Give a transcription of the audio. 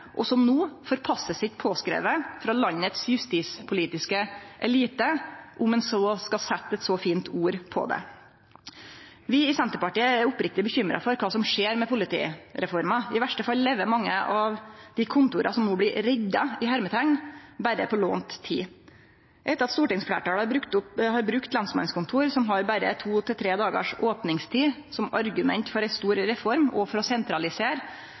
og som no får passet sitt påskrive av den justispolitiske eliten i landet – om ein skal setje eit så fint ord på det. Vi i Senterpartiet er oppriktig urolege for kva som skjer med politireforma. I verste fall lever mange av dei kontora som no blir «redda», berre på lånt tid. Etter at stortingsfleirtalet har brukt lensmannskontor som har berre to–tre dagars opningstid, som argument for ei stor reform og for å sentralisere,